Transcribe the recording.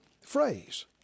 phrase